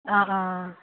অঁ অঁ